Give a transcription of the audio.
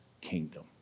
kingdom